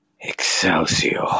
Excelsior